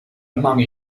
among